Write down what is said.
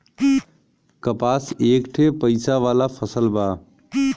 कपास एक ठे पइसा वाला फसल बा